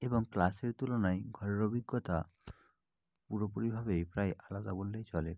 এবং ক্লাসের তুলনায় ঘরের অভিজ্ঞতা পুরোপুরিভাবেই প্রায় আলাদা বললেই চলে